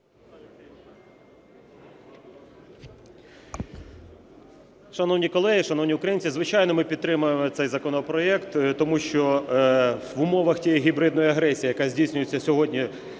Шановні колеги, шановні українці! Звичайно, ми підтримаємо цей законопроект, тому що в умовах тієї гібридної агресії, яка здійснюється сьогодні